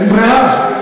אין ברירה,